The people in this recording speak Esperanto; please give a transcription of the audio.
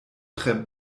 tre